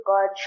God